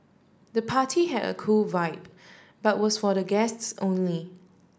the party had a cool vibe but was for the guests only